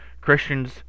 Christians